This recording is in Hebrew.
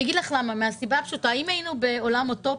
מהסיבה הפשוטה: אם היינו בעולם אוטופי,